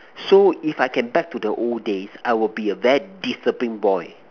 so if I can back to the old days I will be a very disciplined boy